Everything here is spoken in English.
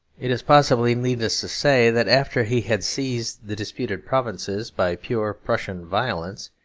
it is possibly needless to say that after he had seized the disputed provinces by pure prussian violence,